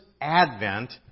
advent